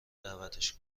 دعوتش